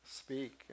speak